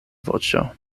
voĉo